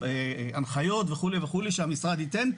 הנחיות וכו' וכו' שהמשרד ייתן,